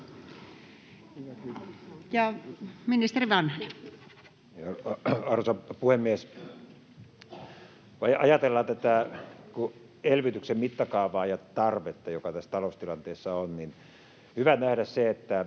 Ministeri Vanhanen. Arvoisa puhemies! Kun ajatellaan tätä elvytyksen mittakaavaa ja tarvetta, joka tässä taloustilanteessa on, niin on hyvä nähdä se, että